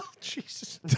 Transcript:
Jesus